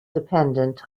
dependent